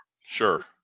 Sure